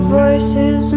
voices